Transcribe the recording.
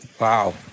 Wow